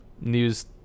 news